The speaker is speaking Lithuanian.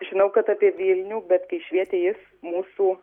žinau kad apie vilnių bet kai švietė jis mūsų